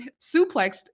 suplexed